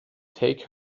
take